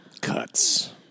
Cuts